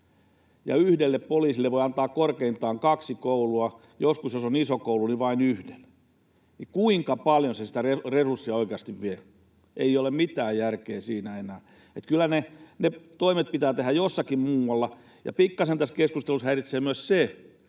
ja yhdelle poliisille voi antaa korkeintaan kaksi koulua, joskus, jos on iso koulu, vain yhden. Kuinka paljon se sitä resurssia oikeasti vie? Ei ole mitään järkeä siinä enää. Kyllä ne toimet pitää tehdä jossakin muualla. Pikkasen tässä keskustelussa häiritsee myös se,